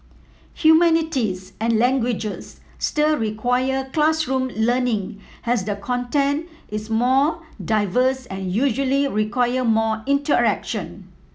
humanities and languages still require classroom learning as the content is more diverse and usually require more interaction